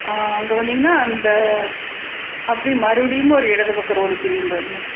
அங்கே வந்தீங்கனா அந்த அப்படி மறுபடியும் ஒரு இடதுபக்கம் ரோடு பிரியும் பாருங்க